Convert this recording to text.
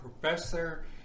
Professor